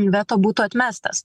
veto būtų atmestas